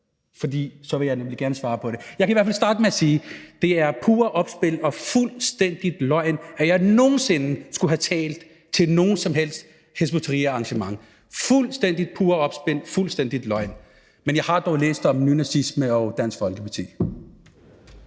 Ellers vil jeg nemlig gerne svare på det. Jeg kan i hvert fald starte med at sige, at det er pure opspind og fuldstændig løgn, at jeg nogen sinde skulle have talt til noget som helst Hizb ut-Tahrir-arrangement – fuldstændig pure opspind og fuldstændig løgn. Men jeg har dog læst om nynazisme og Dansk Folkeparti.